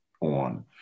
on